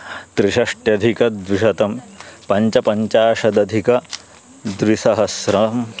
त्रिषष्ट्यधिकद्विशतं पञ्चपञ्चाशदधिकद्विसहस्रं